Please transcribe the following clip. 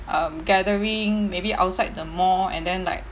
um gathering maybe outside the mall and then like